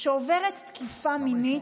שעוברת תקיפה מינית,